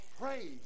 Praise